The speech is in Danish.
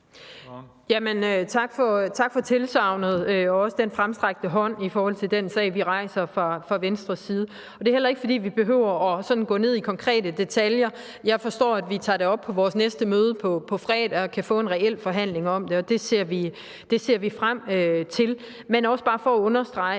tak for tilsagnet og også den fremstrakte hånd i forhold til den sag, vi rejser fra Venstres side. Det er heller ikke, fordi vi behøver sådan at gå ned i konkrete detaljer, men jeg forstår, at vi tager det op på vores næste møde på fredag, hvor vi kan få en reel forhandling om det, og det ser vi frem til. Men det er også bare for at understrege,